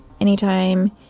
anytime